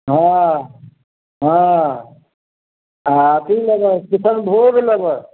हँ हँ हँ अथी लेबै किसनभोग लेबै